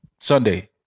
Sunday